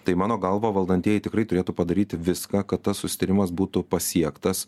tai mano galva valdantieji tikrai turėtų padaryti viską kad tas susitarimas būtų pasiektas